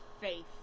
Faith